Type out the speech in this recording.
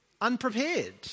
unprepared